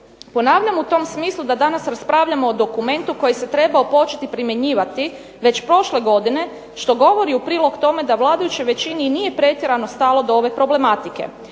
Ponavljam u tom smislu da danas raspravljamo o dokumentu koji se trebao početi primjenjivati već prošle godine što govori u prilog tome da vladajućoj većini i nije pretjerano stalo do ove problematike,